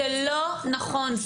זה לא נכון.